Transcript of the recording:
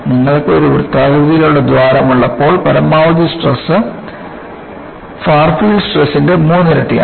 നിങ്ങൾക്ക് ഒരു വൃത്താകൃതിയിലുള്ള ദ്വാരം ഉള്ളപ്പോൾ പരമാവധി സ്ട്രെസ് ഫാർ ഫീൽഡ് സ്ട്രെസ്ൻറെ മൂന്നിരട്ടിയാണ്